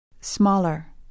Smaller